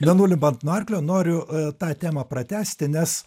nenulipant nuo arklio noriu tą temą pratęsti nes